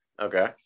Okay